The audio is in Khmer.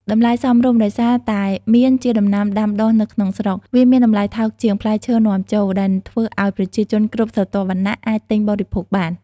តម្លៃសមរម្យ ដោយសារតែមៀនជាដំណាំដាំដុះនៅក្នុងស្រុក វាមានតម្លៃថោកជាងផ្លែឈើនាំចូល ដែលធ្វើឲ្យប្រជាជនគ្រប់ស្រទាប់វណ្ណៈអាចទិញបរិភោគបាន។